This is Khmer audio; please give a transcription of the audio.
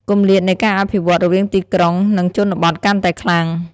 គម្លាតនៃការអភិវឌ្ឍន៍រវាងទីក្រុង និងជនបទកាន់តែខ្លាំង។